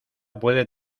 puede